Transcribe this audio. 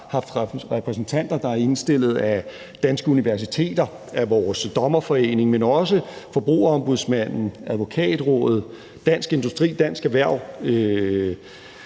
haft repræsentanter, der er indstillet af danske universiteter og af vores Dommerforening, men også Forbrugerombudsmanden, Advokatrådet, Dansk Industri, Dansk Erhverv,